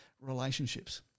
relationships